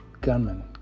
gunman